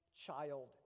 child